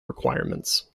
requirements